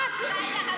היה מתוך הלב.